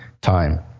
time